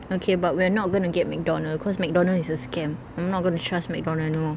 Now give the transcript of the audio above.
okay but we're not going to get mcdonald's cause mcdonald's is a scam I'm not going to trust mcdonald's anymore